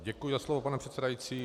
Děkuji za slovo, pane předsedající.